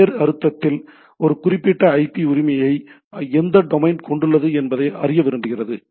வேறு அர்த்தத்தில் இந்த குறிப்பிட்ட ஐபி உரிமையை எந்த டொமைன் கொண்டுள்ளது என்பதை அறிய விரும்புகிறது